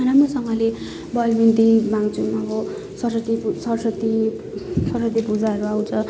राम्रोसँगले बलबिन्ती माग्छौँ अब सरस्वती पु सरस्वती सरस्वती पूजाहरू आउँछ